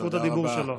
זכות הדיבור שלו.